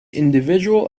individual